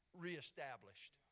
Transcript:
reestablished